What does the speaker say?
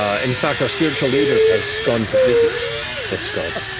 ah in fact, our spiritual leader has gone to visit this god.